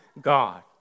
God